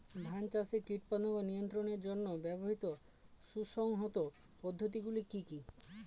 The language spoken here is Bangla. ধান চাষে কীটপতঙ্গ নিয়ন্ত্রণের জন্য ব্যবহৃত সুসংহত পদ্ধতিগুলি কি কি?